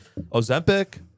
Ozempic